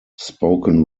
spoken